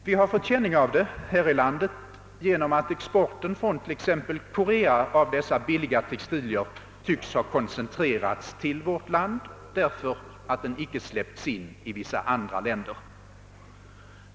Vi har t.ex. fått känning härav i Sverige genom att exporten av billiga textilier från Korea tycks ha koncentrerats till vårt land, därför att den inte tillåtits i vissa andra länder.